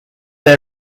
they